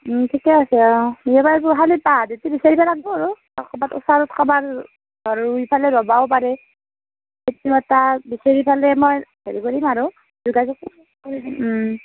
ওঁ ঠিকে আছে অঁ নিব পাৰিব খালি বাহাদুৰটো বিচাৰিব লাগিব আৰু ক'ৰবাত ওচৰত কাৰোবাৰ ঘৰত ৰুই ফেলে ৰ'বও পাৰে সেইটো এটা বিচাৰি পালে মই হেৰি কৰিম আৰু যোগাযোগ কৰিম উম